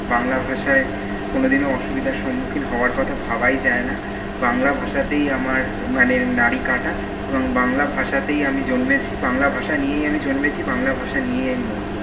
বাংলা ভাষায় কোনোদিনও অসুবিধার সম্মুখীন হওয়ার কথা ভাবাই যায় না বাংলা ভাষাতেই আমার মানে নাড়ি কাটা এবং বাংলা ভাষাতেই আমি জন্মেছি বাংলা ভাষা নিয়েই আমি জন্মেছি বাংলা ভাষা নিয়েই আমি মরবো